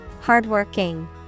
hardworking